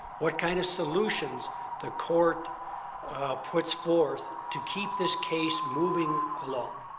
what kind of solutions the court puts forth to keep this case moving along.